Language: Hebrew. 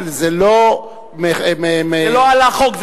זה לא על החוק,